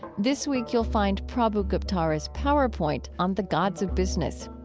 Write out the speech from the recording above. this week you'll find prabhu guptara's powerpoint on the gods of business.